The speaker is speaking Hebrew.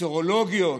הסרולוגיות.